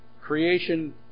Creation